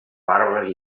barbes